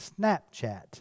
Snapchat